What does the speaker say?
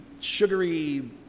sugary